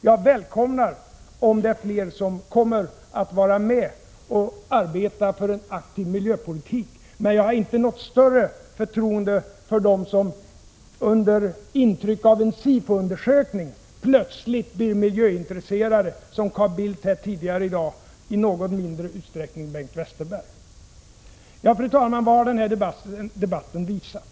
Jag välkomnar att fler kommer med och arbetar för en aktiv miljöpolitik, men jag har inte något större förtroende för dem som under intryck av en SIFO-undersökning plötsligt blir miljöintresserade, såsom Carl Bildt här tidigare i dag och i något mindre utsträckning Bengt Westerberg. Fru talman! Vad har den här debatten visat?